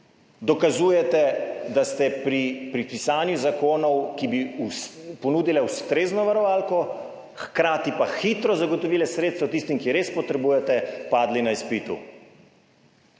dokazujete, da ste pri pisanju zakonov, ki bi ponudile ustrezno varovalko, hkrati pa hitro zagotovile sredstva tistim, ki res potrebujete, padli na izpitu.